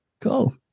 cool